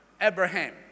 Abraham